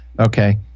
Okay